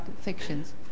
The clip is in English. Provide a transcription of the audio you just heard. fictions